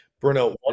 Bruno